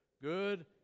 good